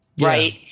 right